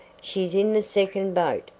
she's in the second boat,